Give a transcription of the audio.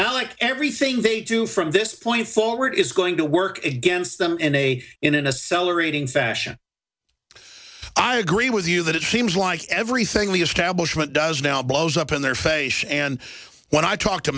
mom like everything they do from this point forward is going to work against them in a in a cellar eating fashion i agree with you that it seems like everything the establishment does now blows up in their face and when i talk to